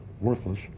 Worthless